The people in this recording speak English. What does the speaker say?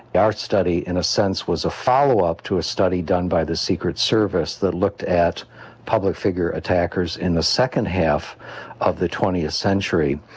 our study in a sense was a follow-up to a study done by the secret service that looked at public figure attackers in the second half of the twentieth century,